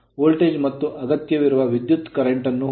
voltage ಮತ್ತು ಅಗತ್ಯವಿರುವ ವಿದ್ಯುತ್ current ಕರೆಂಟ್ ನ್ನು ಹುಡುಕಿ